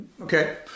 okay